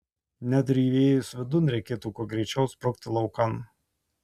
net ir įėjus vidun reikėtų kuo greičiau sprukti laukan